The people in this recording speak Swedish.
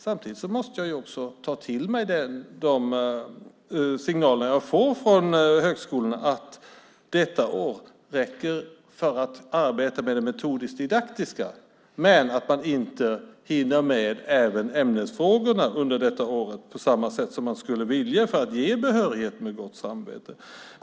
Samtidigt måste jag ta till mig de signaler som jag får från högskolorna om att detta år räcker för att arbeta med det metodisk-didaktiska men att man inte hinner med även ämnesfrågorna på det sätt som man skulle vilja för att ge behörighet med gott samvete.